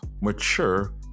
mature